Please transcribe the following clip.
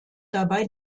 dabei